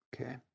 Okay